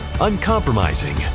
uncompromising